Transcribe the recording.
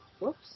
whoops